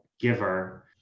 giver